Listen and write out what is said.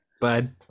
bud